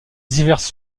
diverses